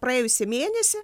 praėjusį mėnesį